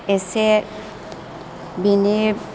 एसे बिनि